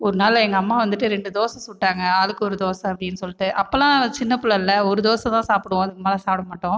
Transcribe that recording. ஒரு நாள் எங்கள் அம்மா வந்துகிட்டு ரெண்டு தோசை சுட்டாங்கள் ஆளுக்கு ஒரு தோசை அப்படினு சொல்லிட்டு அப்போலாம் சின்ன பிள்ளல்ல ஒரு தோசை தான் சாப்பிடுவோம் அதுக்கு மேலே சாப்பிட மாட்டோம்